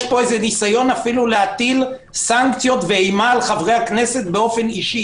יש פה אפילו איזה ניסיון להטיל סנקציות ואימה על חברי הכנסת באופן אישי.